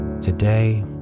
today